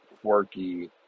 quirky